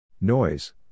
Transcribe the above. Noise